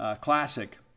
Classic